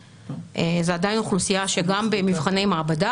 זה עדיין אוכלוסייה שגם במבחני מעבדה